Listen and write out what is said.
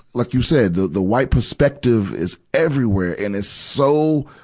like you said, the the white perspective is everywhere and it's so,